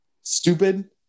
Stupid